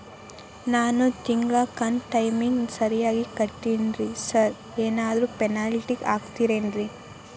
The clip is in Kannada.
ನಾನು ತಿಂಗ್ಳ ಕಂತ್ ಟೈಮಿಗ್ ಸರಿಗೆ ಕಟ್ಟಿಲ್ರಿ ಸಾರ್ ಏನಾದ್ರು ಪೆನಾಲ್ಟಿ ಹಾಕ್ತಿರೆನ್ರಿ?